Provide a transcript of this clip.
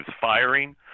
firing